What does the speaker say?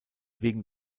wegen